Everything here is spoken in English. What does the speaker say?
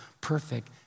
perfect